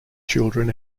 children